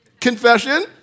confession